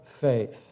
faith